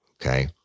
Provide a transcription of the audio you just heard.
Okay